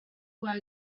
were